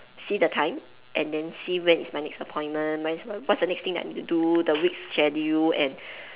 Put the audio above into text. see the time and then see when is my next appointment my next what's the next thing I need to do the week schedule and